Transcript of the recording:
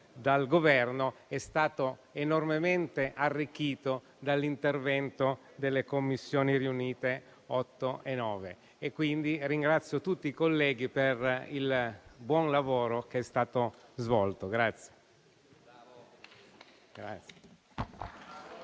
dal Governo, è stato enormemente arricchito dall'intervento delle Commissioni riunite 8a e 9a. Ringrazio pertanto tutti i colleghi per il buon lavoro che è stato svolto.